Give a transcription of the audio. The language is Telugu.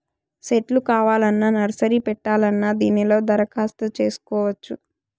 సెట్లు కావాలన్నా నర్సరీ పెట్టాలన్నా దీనిలో దరఖాస్తు చేసుకోవచ్చు